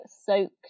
soaked